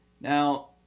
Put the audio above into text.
now